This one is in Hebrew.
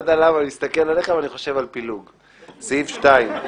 סעיף 2,